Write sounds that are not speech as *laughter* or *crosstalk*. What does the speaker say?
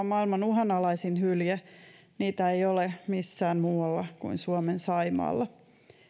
*unintelligible* maailman uhanalaisin hylje niitä ei ole missään muualla kuin suomen saimaalla